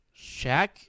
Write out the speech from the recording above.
Shaq